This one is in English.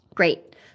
Great